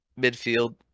midfield